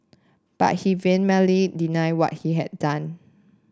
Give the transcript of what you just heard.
but he vehemently denied what he had done